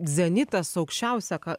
zenitas aukščiausia ką